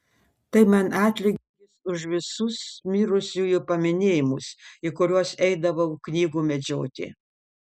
tai man atlygis už visus mirusiųjų paminėjimus į kuriuos eidavau knygų medžioti